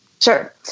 Sure